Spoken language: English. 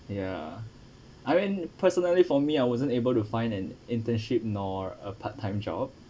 ya I mean personally for me I wasn't able to find an internship nor a part time job